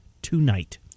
Tonight